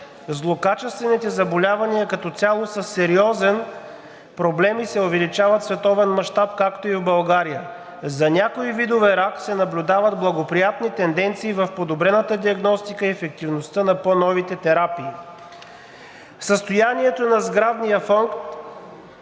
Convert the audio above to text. Злокачествените заболявания като цяло са сериозен проблем и се увеличават в световен мащаб, както и в България. За някои видове рак се наблюдават благоприятни тенденции в подобрената диагностика и ефективността на по-новите терапии. Състоянието на сградния фонд